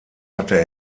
hatte